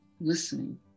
listening